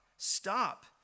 Stop